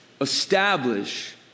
establish